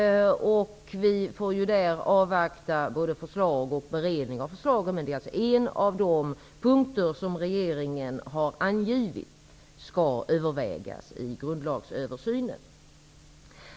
Där får vi avvakta förslag och beredning av förslag. Men det är en av de punkter som regeringen har angivit skall övervägas i grundlagsöversynen.